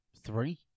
three